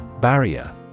Barrier